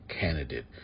candidate